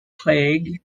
plague